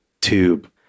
tube